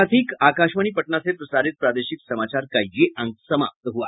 इसके साथ ही आकाशवाणी पटना से प्रसारित प्रादेशिक समाचार का ये अंक समाप्त हुआ